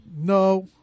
No